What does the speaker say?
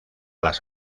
las